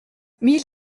mille